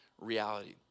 reality